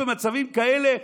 במצבים כאלה,